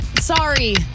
Sorry